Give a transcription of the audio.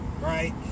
right